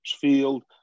field